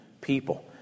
people